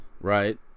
Right